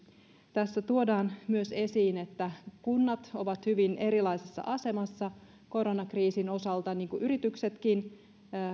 tässä tuodaan esiin myös se että kunnat ovat hyvin erilaisissa asemissa koronakriisin osalta niin kuin yrityksetkin